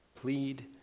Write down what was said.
plead